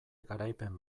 garaipen